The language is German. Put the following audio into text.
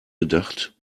gedacht